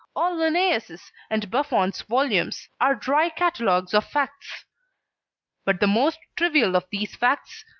all linnaeus' and buffon's volumes, are dry catalogues of facts but the most trivial of these facts,